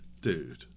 Dude